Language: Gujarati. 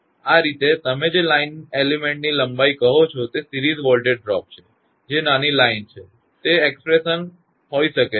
આ રીતે તમે જે લાઇનની એલિમેન્ટ લંબાઈ કહો છો તે સીરીઝ વોલ્ટેજ ડ્રોપ છે જે નાની લાઇન છે તે એકપ્રેશનસૂત્ર હોઈ શકે છે